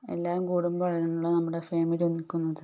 എല്ലാം കൂടുമ്പോഴാണല്ലോ നമ്മുടെ ഫാമിലി ഒന്നിക്കുന്നത്